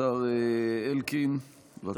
השר אלקין, בבקשה.